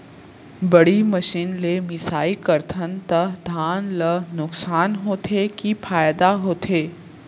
बड़ी मशीन ले मिसाई करथन त धान ल नुकसान होथे की फायदा होथे?